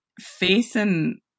facing